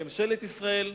לממשלת ישראל,